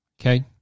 okay